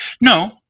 No